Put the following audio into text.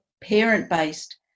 parent-based